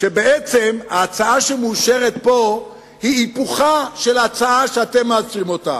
שבעצם ההצעה שמאושרת פה היא היפוכה של ההצעה שאתם מאשרים אותה,